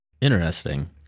Interesting